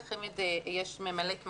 יש ממלאת מקום.